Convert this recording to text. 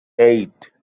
eight